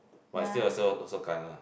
but it's still also also kena